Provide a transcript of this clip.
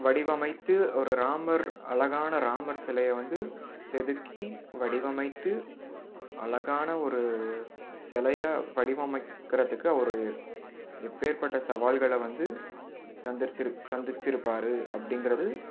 வடிவமைத்து ஒரு ராமர் அழகான ராமர் சிலைய வந்து செதுக்கி வடிவமைத்து அழகான ஒரு சிலைய வடிவமைக்கருத்துக்கு அவரு எப்பேற்பட்ட சவால்களை வந்து சந்திருச்சிரு சந்திச்சிருப்பார் அப்டிங்கிறது